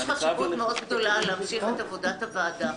יש חשיבות מאוד גדולה להמשיך את עבודת הוועדה.